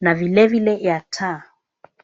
na vilevile ya taa.